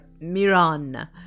Miran